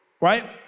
right